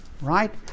right